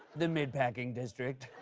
the mid-packing district.